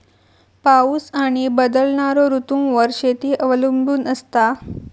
पाऊस आणि बदलणारो ऋतूंवर शेती अवलंबून असता